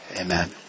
Amen